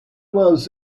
was